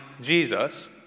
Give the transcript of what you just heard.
Jesus